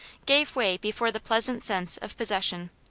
gave way before the pleasant sense of possession.